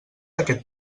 aquest